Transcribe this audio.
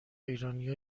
ایرانیا